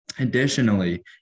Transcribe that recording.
Additionally